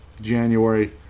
january